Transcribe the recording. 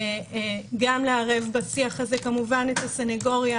גם לערב בשיח הזה כמובן את הסניגוריה